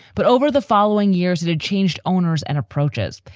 but over the following years, it had changed owners and approaches.